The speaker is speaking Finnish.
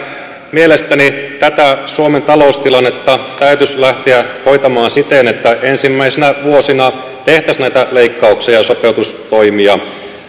mielestäni tätä suomen taloustilannetta täytyisi lähteä hoitamaan siten että ensimmäisinä vuosina tehtäisiin näitä leikkauksia ja ja sopeutustoimia